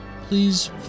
please